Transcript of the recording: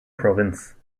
province